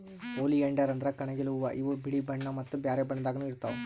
oleander ಅಂದ್ರ ಕಣಗಿಲ್ ಹೂವಾ ಇವ್ ಬಿಳಿ ಬಣ್ಣಾ ಮತ್ತ್ ಬ್ಯಾರೆ ಬಣ್ಣದಾಗನೂ ಇರ್ತವ್